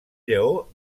lleó